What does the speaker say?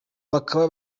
bakaba